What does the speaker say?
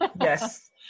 Yes